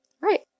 right